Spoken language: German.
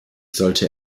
sollte